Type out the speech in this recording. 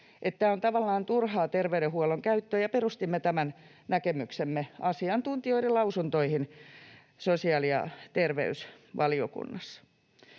tämä on tavallaan turhaa terveydenhuollon käyttöä, ja perustimme tämän näkemyksemme asiantuntijoiden lausuntoihin sosiaali- ja terveysvaliokunnassa.